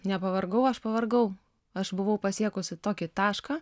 nepavargau aš pavargau aš buvau pasiekusi tokį tašką